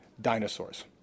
dinosaurs